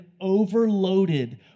overloaded